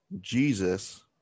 Jesus